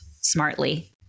smartly